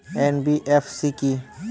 NBFC কী?